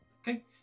okay